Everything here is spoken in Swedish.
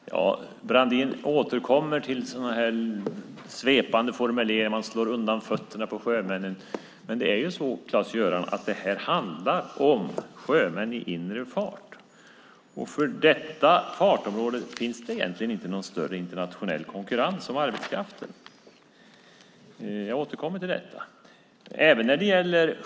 Fru talman! Claes-Göran Brandin återkommer till svepande formuleringar om att man slår undan fötterna på sjömännen. Men detta handlar om sjömän i inre fart, och på detta fartområde finns det inte någon större internationell konkurrens om arbetskraften. Jag återkommer till detta.